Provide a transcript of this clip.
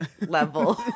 level